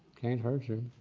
can't hurt you.